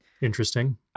Interesting